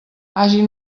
hagin